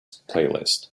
playlist